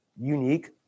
unique